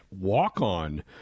walk-on